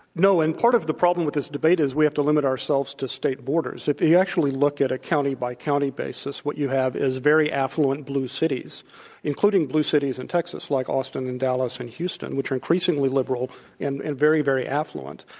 and part of the problem with this debate is we have to limit ourselves to state borders. if you actually look at a county by county basis what you have is very affluent blue cities including blue cities in texas like austin and dallas and houston, which are increasingly liberal and very, very affluent.